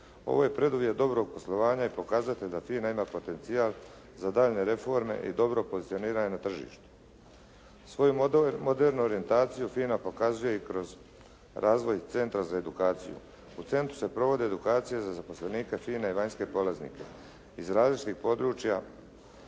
Ovo je preduvjet dobrog poslovanja i pokazatelj da FINA ima potencijal za daljnje reforme i dobro pozicioniranje na tržištu. Svoju modernu orijentaciju FINA pokazuje i kroz razvoj centra za edukaciju. U centru se provodi edukacija za zaposlenike FINA-e i vanjske polaznike iz različitih područja